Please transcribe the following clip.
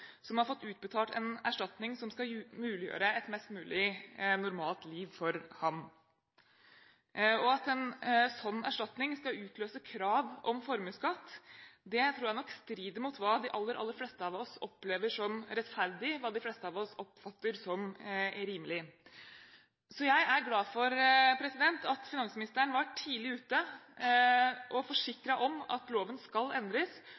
som har fått ubetalt en erstatning som skal muliggjøre et mest mulig normalt liv for ham. At en slik erstatning skal utløse krav om formuesskatt, tror jeg nok strider mot hva de aller, aller fleste av oss opplever som rettferdig og oppfatter som rimelig. Jeg er glad for at finansministeren var tidlig ute og forsikret om at loven skal endres,